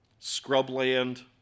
scrubland